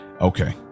okay